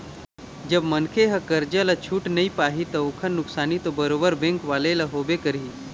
जब मनखे ह करजा ल छूट नइ पाही ता ओखर नुकसानी तो बरोबर बेंक वाले ल होबे करही